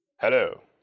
Hello